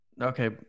okay